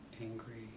angry